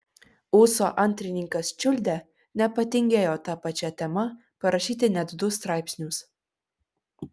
ūso antrininkas čiuldė nepatingėjo ta pačia tema parašyti net du straipsnius